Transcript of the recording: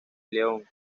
león